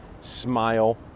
smile